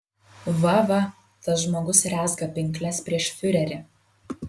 va va tas žmogus rezga pinkles prieš fiurerį